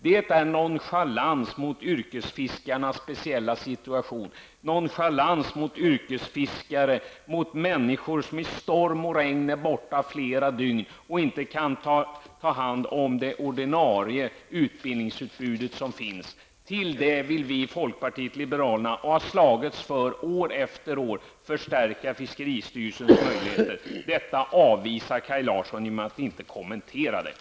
Det är nonchalans mot yrkesfiskarnas speciella situation, mot människor som i storm och regn är borta flera dygn och därför inte kan ta del av det ordinarie utbildningsutbud som finns. För att förbättra yrkesfiskarnas utbildningssituation vill vi i folkpartiet liberalerna förstärka fiskeristyrelsens möjligheter, och det har vi slagits för år efter år. Detta avfärdar Kaj Larsson med att inte kommentera saken.